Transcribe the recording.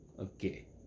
Okay